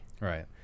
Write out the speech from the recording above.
Right